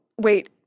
wait